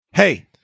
Hey